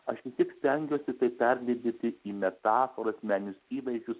aš kaip tik stengiuosi tai perlydyti į metaforas meninius įvaizdžius